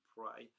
pray